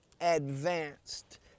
advanced